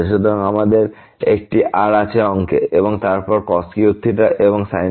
সুতরাং আমাদের একটি r আছে অঙ্কেএবং তারপর cos3 এবং sin3